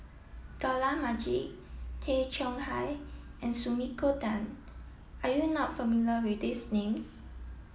Dollah Majid Tay Chong Hai and Sumiko Tan are you not familiar with these names